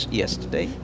yesterday